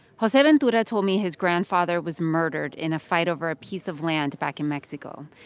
joseventura told me his grandfather was murdered in a fight over a piece of land back in mexico.